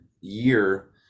year